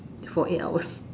for eight hours